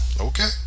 Okay